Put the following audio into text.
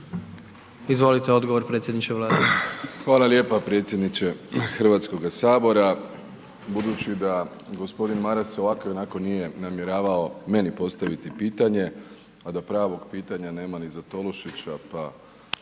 **Plenković, Andrej (HDZ)** Hvala lijepo predsjedniče HS-a. Budući da g. Maras ovako i onako nije namjeravao meni postaviti pitanje, a da pravog pitanja nema ni za Tolušića, pa,